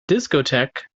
discotheque